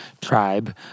tribe